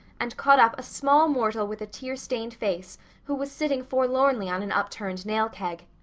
and caught up a small mortal with a tearstained face who was sitting forlornly on an upturned nail keg.